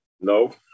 no